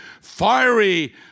fiery